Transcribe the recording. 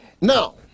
Now